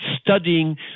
studying